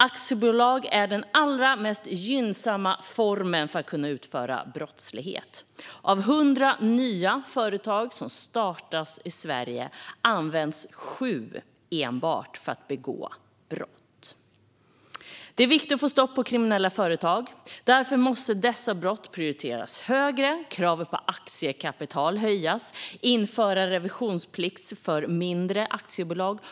Aktiebolag är den allra mest gynnsamma formen för att kunna utföra brottslighet. Av 100 nya företag som startas i Sverige används 7 enbart för att begå brott. Det är viktigt att få stopp på kriminella företag. Därför måste dessa brott prioriteras högre. Kravet på aktiekapital måste höjas och revisionsplikt för mindre aktiebolag införas.